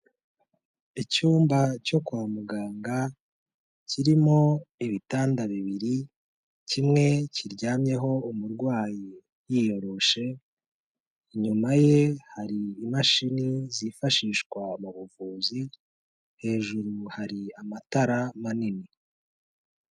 Icyumba cyo kwa muganga kirimo ibitanda bibiri, kimwe kiryamyeho umurwayi yiyoroshe; inyuma ye hari imashini zifashishwa mu buvuzi, hejuru hari amatara manini.